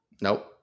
nope